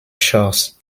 shores